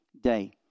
day